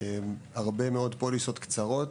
הרבה מאוד פוליסות קצרות.